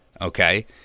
Okay